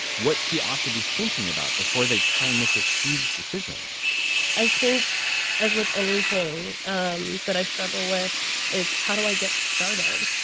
what she ought to be thinking about before they try and make this huge decision i think as with anything um that i struggle with, it's how do i get started?